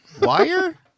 Wire